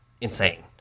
insane